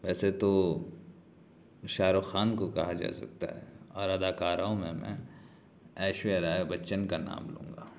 ویسے تو شاہ رخ خان کو کہا جا سکتا ہے اور اداکاراؤں میں میں ایشوریہ رائے بچن کا نام لوں گا